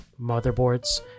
Motherboards